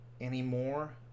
anymore